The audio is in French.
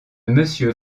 monsieur